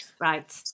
right